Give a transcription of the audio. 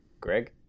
greg